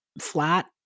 flat